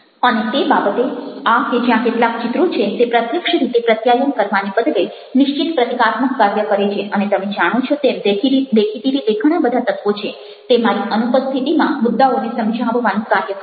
અને તે બાબતે આ કે જ્યાં કેટલાક ચિત્રો છે તે પ્રત્યક્ષ રીતે પ્રત્યાયન કરવાને બદલે નિશ્ચિત પ્રતીકાત્મક કાર્ય કરે છે અને તમે જાણો છો તેમ દેખીતી રીતે ઘણા બધા તત્વો છે તે મારી અનુપસ્થિતિમાં મુદ્દાઓને સમજાવવાનું કાર્ય કરે છે